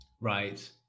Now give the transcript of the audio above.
Right